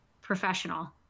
Professional